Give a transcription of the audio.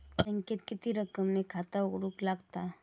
बँकेत किती रक्कम ने खाता उघडूक लागता?